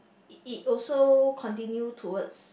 it also continue towards